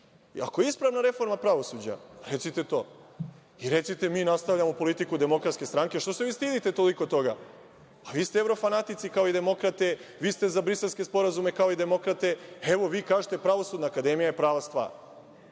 Ako je ispravna reforma pravosuđa, recite to i recite - mi nastavljamo politiku DS. Što se vi stidite toliko toga? Pa, vi ste evrofanatici, kao i demokrate, vi ste za briselske sporazume, kao i demokrate. Evo, vi kažite - Pravosudna akademija je prava stvar.